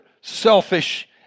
selfish